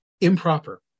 improper